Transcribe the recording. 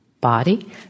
body